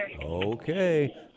Okay